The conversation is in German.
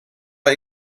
bei